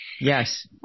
Yes